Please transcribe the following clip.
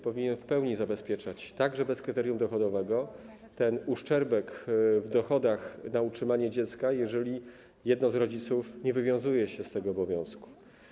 Powinien on w pełni zabezpieczać, także bez kryterium dochodowego, ten uszczerbek w dochodach na utrzymanie dziecka, jeżeli jedno z rodziców nie wywiązuje się z tego obowiązku.